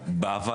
יביאו אותו לארץ?